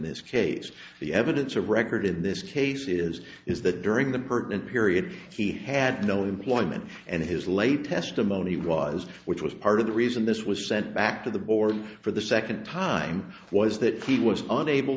this case the evidence of record in this case is is that during the current period he had no employment and his late testimony was which was part of the reason this was sent back to the board for the second time was that he was unable